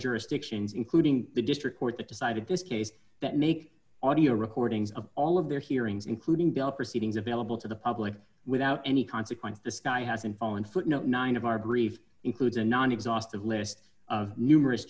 jurisdictions including the district court that decided this case that make audio recordings of all of their hearings including bill proceedings available to the public without any consequence the sky hasn't fallen footnote nine of our brief includes a non exhaustive list of numerous